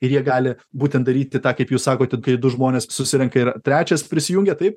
ir jie gali būtent daryti tą kaip jūs sakote kai du žmonės susirenka ir trečias prisijungia taip